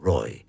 Roy